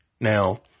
Now